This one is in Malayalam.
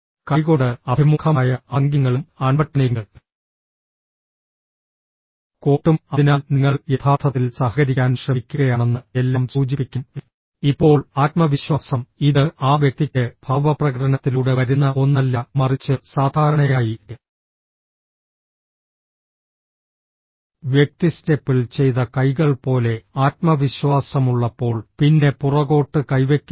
കൈകൊണ്ട് അഭിമുഖമായ ആംഗ്യങ്ങളും അൺബട്ടണിംഗ് കോട്ടും അതിനാൽ നിങ്ങൾ യഥാർത്ഥത്തിൽ സഹകരിക്കാൻ ശ്രമിക്കുകയാണെന്ന് എല്ലാം സൂചിപ്പിക്കും ഇപ്പോൾ ആത്മവിശ്വാസം ഇത് ആ വ്യക്തിക്ക് ഭാവപ്രകടനത്തിലൂടെ വരുന്ന ഒന്നല്ല മറിച്ച് സാധാരണയായി വ്യക്തി സ്റ്റെപ്പിൾ ചെയ്ത കൈകൾ പോലെ ആത്മവിശ്വാസമുള്ളപ്പോൾ പിന്നെ പുറകോട്ട് കൈവെക്കുന്നു